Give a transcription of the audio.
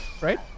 Right